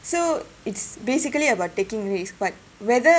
so it's basically about taking risk but whether